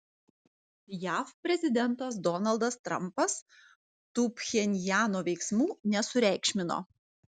jav prezidentas donaldas trampas tų pchenjano veiksmų nesureikšmino